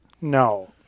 No